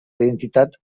identitat